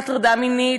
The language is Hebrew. הטרדה מינית,